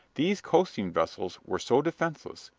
these coasting vessels were so defenseless,